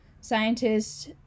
scientists